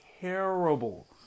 terrible